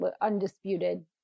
undisputed